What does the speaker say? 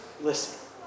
listen